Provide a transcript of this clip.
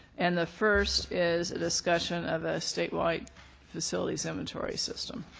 and the first is a discussion of a statewide facilities inventory system.